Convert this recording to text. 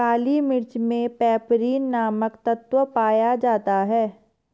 काली मिर्च मे पैपरीन नामक तत्व पाया जाता है